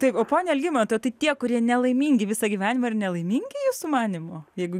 taip pone algimantai o tai tie kurie nelaimingi visą gyvenimą ir nelaimingi jūsų manymu jeigu